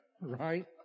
right